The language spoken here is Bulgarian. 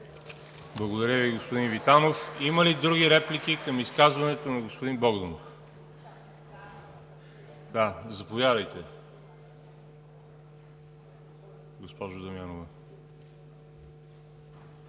Благодаря Ви, Господин Витанов. Има ли други реплики към изказването на господин Богданов? Заповядайте, госпожо Дамянова.